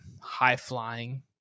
high-flying